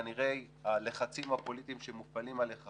כנראה הלחצים הפוליטיים שמופעלים עליך